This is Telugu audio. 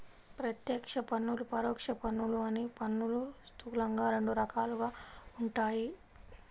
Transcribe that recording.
ప్రత్యక్ష పన్నులు, పరోక్ష పన్నులు అని పన్నులు స్థూలంగా రెండు రకాలుగా ఉంటాయి